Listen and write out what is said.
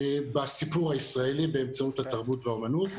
בסיפור הישראלי באמצעות התרבות והאומנות.